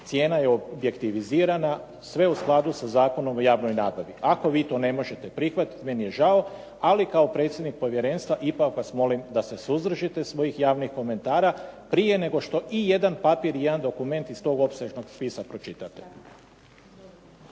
cijena je objektivizirana, sve u skladu sa Zakonom o javnoj nabavi. Ako vi to ne možete prihvatiti, meni je žao, ali kao predsjednik povjerenstva ipak vas molim da se suzdržite svojih javnih komentara prije nego što ijedan papir ijedan dokument iz tog opsežnog spisa pročitate.